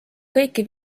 kõiki